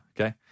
okay